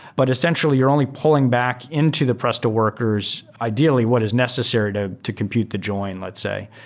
but essentially you're only pulling back into the presto workers ideally what is necessary to to compute the join, let's say.